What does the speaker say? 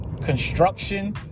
construction